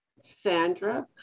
Sandra